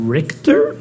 Richter